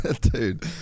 dude